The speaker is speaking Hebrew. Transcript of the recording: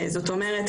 זאת אומרת,